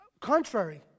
Contrary